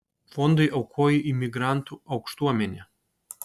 fondui aukojo imigrantų aukštuomenė